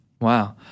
Wow